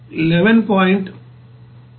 17 అవుతుంది